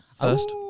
first